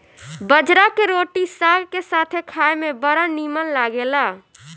बजरा के रोटी साग के साथे खाए में बड़ा निमन लागेला